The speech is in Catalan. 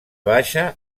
baixa